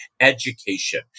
education